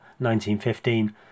1915